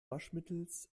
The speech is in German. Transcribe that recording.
waschmittels